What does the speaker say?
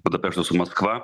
budapešto su maskva